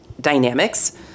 dynamics